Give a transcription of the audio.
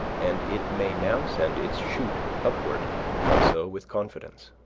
and it may now send its shoot upward also with confidence.